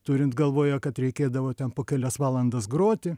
turint galvoje kad reikėdavo ten po kelias valandas groti